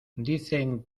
dicen